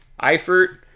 Eifert